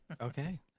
Okay